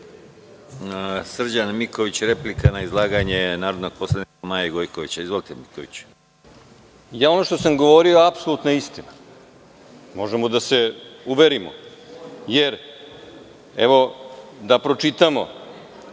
Srđan Miković, replika na izlaganje narodnog poslanika Maje Gojković. Izvolite. **Srđan Miković** Ono što sam govorio je apsolutna istina, možemo da se uverimo. Evo, da pročitamo